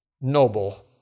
noble